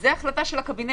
זו החלטה של הקבינט.